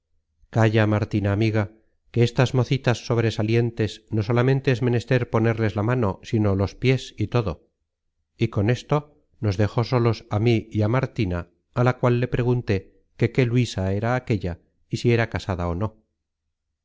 calla martina amiga que estas mocitas sobresalientes no solamente es menester ponerles la mano sino los pies y todo y con esto nos dejó solos á mí y á martina á la cual le pregunté que qué luisa era aquella y si era casada ó no